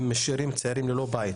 הם משאירים צעירים ללא בית,